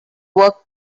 work